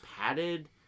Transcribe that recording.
padded